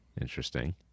Interesting